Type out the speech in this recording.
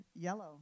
yellow